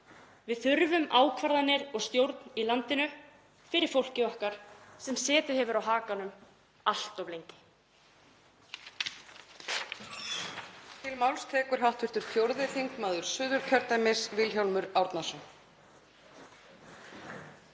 Við þurfum ákvarðanir og stjórn í landinu fyrir fólkið okkar sem setið hefur á hakanum allt of lengi.